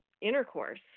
intercourse